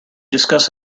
discuss